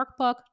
workbook